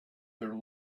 their